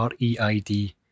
REID